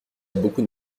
beaucoup